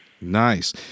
Nice